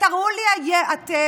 תראו לי אתם